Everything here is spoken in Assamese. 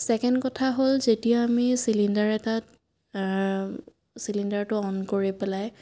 চেকেণ্ড কথা হ'ল যেতিয়া আমি চিলিণ্ডাৰ এটাত চিলিণ্ডাৰটো অ'ন কৰি পেলাই